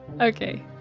Okay